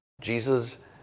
Jesus